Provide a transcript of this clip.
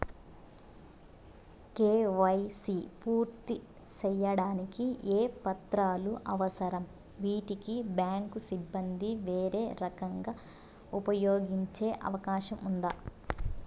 KYC పూర్తి సేయడానికి ఏ పత్రాలు అవసరం, వీటిని బ్యాంకు సిబ్బంది వేరే రకంగా ఉపయోగించే అవకాశం ఉందా?